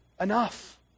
enough